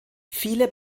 viele